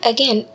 Again